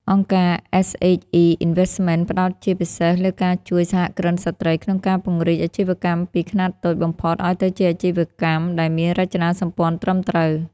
អង្គការ SHE Investments ផ្ដោតជាពិសេសលើការជួយ "សហគ្រិនស្រ្តី" ក្នុងការពង្រីកអាជីវកម្មពីខ្នាតតូចបំផុត ឱ្យទៅជាអាជីវកម្មដែលមានរចនាសម្ព័ន្ធត្រឹមត្រូវ។